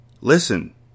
listen